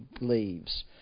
leaves